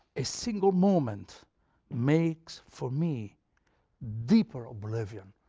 a single moment makes for me deeper oblivion,